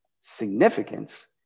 Significance